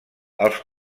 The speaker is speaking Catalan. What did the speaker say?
els